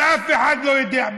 ואף אחד לא יודע.